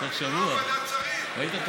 ראית?